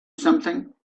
something